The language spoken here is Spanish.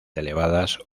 elevadas